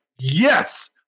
yes